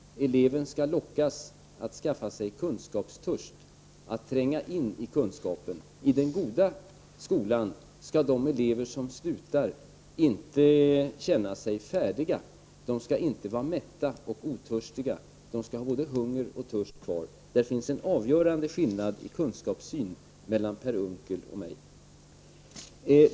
Eleverna skall lockas att skaffa sig kunskapstörst, att tränga in i kunskapen. I den goda skolan skall de elever som slutar inte känna sig färdiga. De skall inte vara mätta och otörstiga — de skall ha kvar både hunger och törst. Där finns den avgörande skillnaden i kunskapssyn mellan Per Unckel och mig.